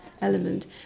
element